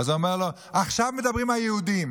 אז הוא אמר לו: עכשיו מדברים על היהודים.